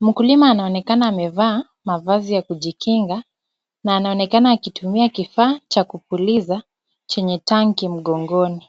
Mkulima anaonekana amevaa mavazi ya kujikinga na anaonekana akitumia kifaa cha kupuliza, chenye tank mgongoni.